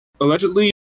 allegedly